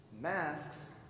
masks